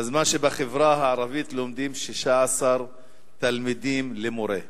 בזמן שבחברה הערבית לומדים 16 תלמידים למורה.